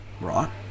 right